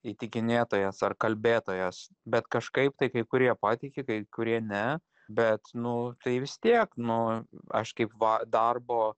įtikinėtojas ar kalbėtojas bet kažkaip tai kai kurie patiki kai kurie ne bet nu tai vis tiek nu aš kaip va darbo